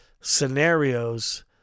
scenarios